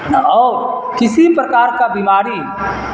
اور کسی پرکار کا بیماری